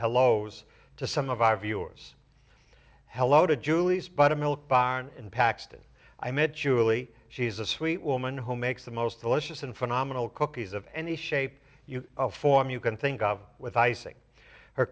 hellos to some of our viewers hello to julie's but a milk bar in paxton i met julie she's a sweet woman who makes the most delicious and phenomenal cookies of any shape of form you can think of with icing her